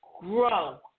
grow